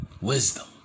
Wisdom